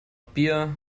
bier